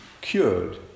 cured